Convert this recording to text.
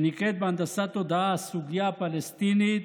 שנקראת בהנדסת תודעה "הסוגיה הפלסטינית",